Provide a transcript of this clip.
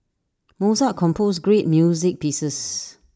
Mozart composed great music pieces